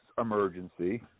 emergency